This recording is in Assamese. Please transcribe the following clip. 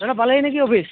দাদা পালেহি নেকি অফিচ